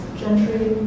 gentry